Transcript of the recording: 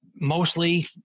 mostly